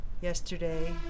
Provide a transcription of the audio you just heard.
Yesterday